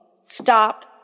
stop